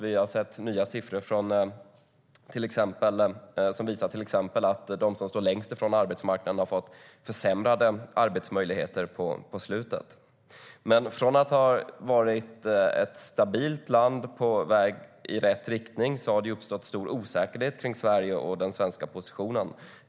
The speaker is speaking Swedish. Vi har sett nya siffror som till exempel visar att de som står längst från arbetsmarknaden har fått försämrade arbetsmöjligheter på slutet.Från att ha varit ett stabilt land på väg i rätt riktning har det uppstått stor osäkerhet kring Sverige och den svenska positionen.